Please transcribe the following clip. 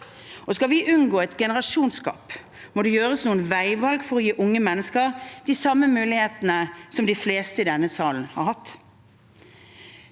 Skal vi unngå et generasjonsgap, må det gjøres noen veivalg for å gi unge mennesker de samme mulighetene som de fleste i denne salen har hatt.